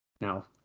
Now